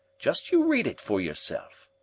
just you read it for yourself.